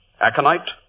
aconite